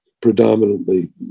predominantly